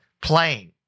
playing